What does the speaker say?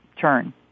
turn